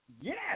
Yes